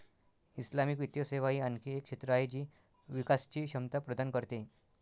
Islamic वित्तीय सेवा ही आणखी एक क्षेत्र आहे जी विकासची क्षमता प्रदान करते